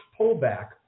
pullback